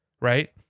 right